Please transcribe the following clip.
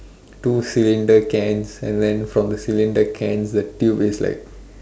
two cylinder cans and then from cylinder cans the tube is like